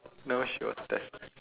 no she was test